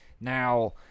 Now